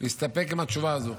להסתפק בתשובה הזאת.